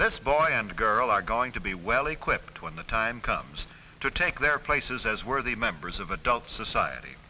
this boy and girl are going to be well equipped when the time comes to take their places as worthy members of adult society